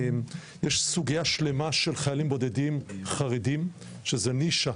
יש סוגיה שלמה של חיילים בודדים חרדים שזה נישה,